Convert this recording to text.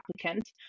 applicant